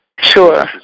Sure